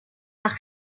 par